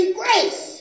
grace